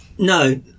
No